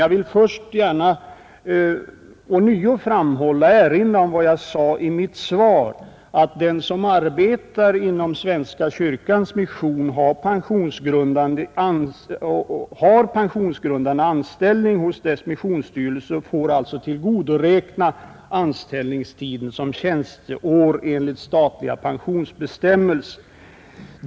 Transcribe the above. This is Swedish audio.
Jag vill först gärna ånya erinra om vad jag sade i mitt svar, nämligen att den som arbetar inom Svenska kyrkans mission har pensionsgrundande anställning hos dess missionsstyrelse och får alltså tillgodoräkna anställningstiden som tjänsteår enligt statliga pensionsbestämmelser.